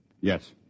Yes